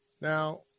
Now